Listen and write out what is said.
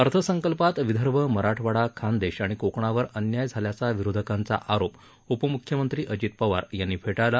अर्थसंकल्पात विदर्भ मराठवाडा खानदेश आणि कोकणावर अन्याय झाल्याचा विरोधकांचा आरोप उपम्ख्यमंत्री अजित पवार यांनी फेटाळला